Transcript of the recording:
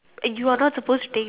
and you are not supposed to take